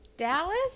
Dallas